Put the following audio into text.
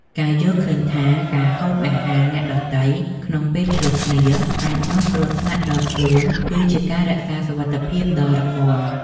ការយល់ឃើញថាការហូបអាហារអ្នកដទៃក្នុងពេលឈ្លោះគ្នាអាចនាំគ្រោះដល់ខ្លួនគឺជាការរក្សាសុវត្ថិភាពដ៏រឹងមាំ។